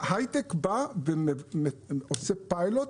ההיי-טק בא ועושה פיילוט,